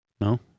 No